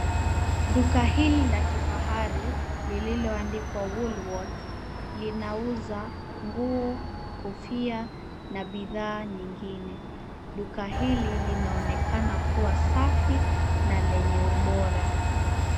Duka hili la kifahari lililoandikwa Woolworths linauza nguo, kofia na bidhaa nyingine. Duka hili linaonekana kuwa safi na lenye ubora.